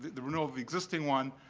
the renewal of the existing one,